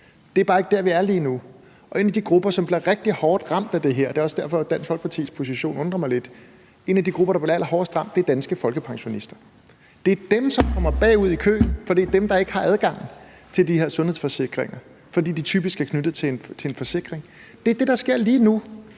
Det er bare ikke der, vi er lige nu. En af de grupper, som bliver rigtig hårdt ramt af det her – og det er også derfor, Dansk Folkepartis position undrer mig lidt – er danske folkepensionister. Det er dem, som kommer bagud i køen, for det er dem, som ikke har adgang til de her sundhedsforsikringer, fordi de typisk er knyttet til en forsikring. Det er det, der sker lige nu.